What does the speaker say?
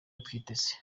twiteze